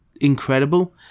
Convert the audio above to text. incredible